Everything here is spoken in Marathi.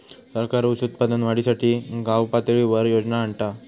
सरकार ऊस उत्पादन वाढीसाठी गावपातळीवर योजना आणता हा